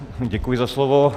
Děkuji za slovo.